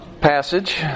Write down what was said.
passage